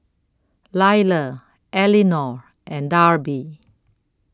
Lila Elinor and Darby